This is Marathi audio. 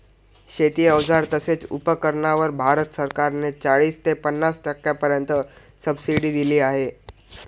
शेती अवजार तसेच उपकरणांवर भारत सरकार ने चाळीस ते पन्नास टक्क्यांपर्यंत सबसिडी दिली आहे